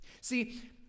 see